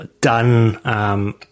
done –